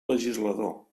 legislador